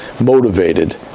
motivated